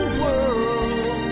world